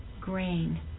grain